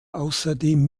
außerdem